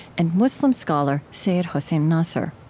and muslim scholar seyyed hossein nasr